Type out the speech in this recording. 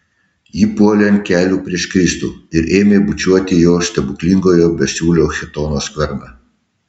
ji puolė ant kelių prieš kristų ir ėmė bučiuoti jo stebuklingojo besiūlio chitono skverną